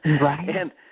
Right